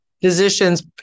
physician's